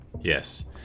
Yes